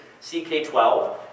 CK12